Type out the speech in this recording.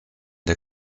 der